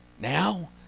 now